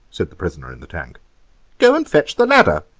said the prisoner in the tank go and fetch the ladder.